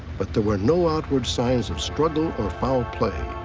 but there were no outward signs of struggly or foul play.